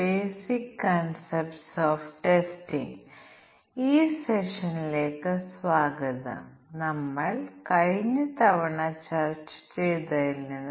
black box testing ടെക്നിക്കുകളെക്കുറിച്ച് ഞങ്ങൾ മുൻ സെഷനുകളിൽ ചർച്ച ചെയ്യുകയായിരുന്നു